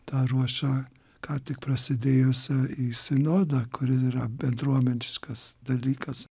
ta ruoša ką tik prasidėjusia į sinodą kuri yra bendruomeniškas dalykas